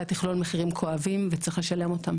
תכלול מחירים כואבים וצריך לשלם אותם